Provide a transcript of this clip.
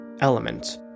element